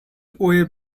were